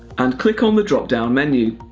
and click on the drop-down menu.